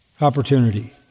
Opportunity